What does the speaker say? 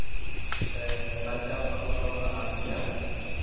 ᱥᱮ ᱵᱟᱧᱪᱟᱣ ᱫᱚᱦᱚ ᱫᱚ ᱟᱱᱟᱴ ᱜᱮᱭᱟ